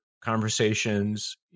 conversations